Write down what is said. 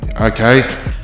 okay